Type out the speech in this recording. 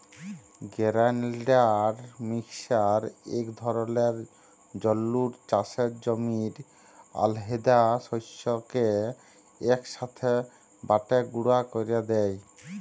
grinder mixer ইক ধরলের যল্তর চাষের জমির আলহেদা শস্যকে ইকসাথে বাঁটে গুঁড়া ক্যরে দেই